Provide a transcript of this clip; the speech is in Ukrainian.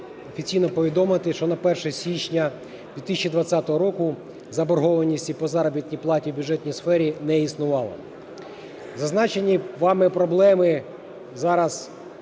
офіційно повідомити, що на 1 січня 2020 року заборгованості по заробітній платі в бюджетній сфері не існувало. Зазначені вами проблеми зараз